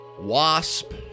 Wasp